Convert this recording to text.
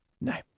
No